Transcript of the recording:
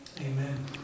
Amen